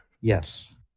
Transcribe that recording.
Yes